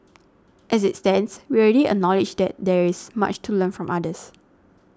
as it stands we already acknowledge that there is much to learn from others